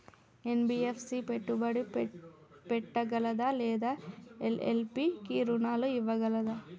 NBFC పెట్టుబడి పెట్టగలదా లేదా ఎల్.ఎల్.పి కి రుణాలు ఇవ్వగలదా?